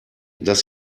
dass